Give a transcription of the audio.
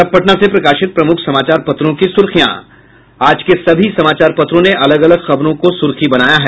और अब पटना से प्रकाशित प्रमुख समाचार पत्रों की सुर्खियां आज के सभी समाचार पत्रों ने अलग अलग खबरों को सुर्खी बनाया है